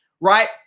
right